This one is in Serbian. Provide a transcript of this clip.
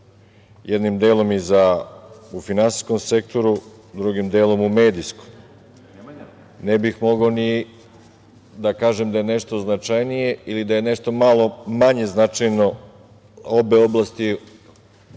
jednim delom u finansijskom sektoru, drugim delom u medijskom. Ne bih mogao ni da kažem da je nešto značajnije ili da je nešto malo manje značajno. Obe oblasti našeg